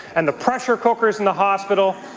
and the pressure cookers in the hospital,